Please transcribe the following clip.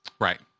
Right